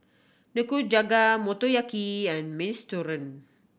Nikujaga Motoyaki and Minestrone